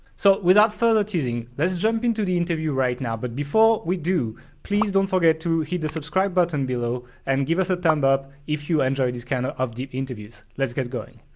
so without further teasing let's jump into the interview right now. but before we do please don't forget to hit the subscribe button below and give us a thumbs up if you enjoy these kind a of deep interviews. let's get going.